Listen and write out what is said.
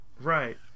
Right